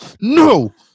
No